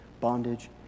bondage